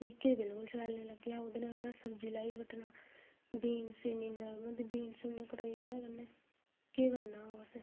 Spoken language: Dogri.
मिकी ते बिल्कुल शैल नीं लगा में उदे नेै सब्जी लगी कट्टन बीन्स इन्नी नर्म होंदी ओह्बी नीं कटोई ओह्दे कन्नै केह् करना उसी